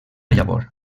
llavor